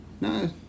No